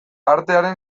artearen